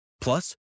Plus